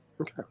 Okay